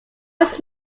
was